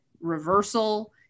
reversal